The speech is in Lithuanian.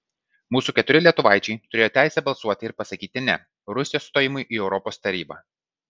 mūsų keturi lietuvaičiai turėjo teisę balsuoti ir pasakyti ne rusijos stojimui į europos tarybą